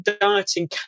dieting